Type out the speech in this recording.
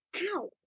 Ow